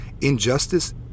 Injustice